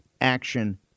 action